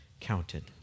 counted